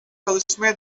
çalışmaya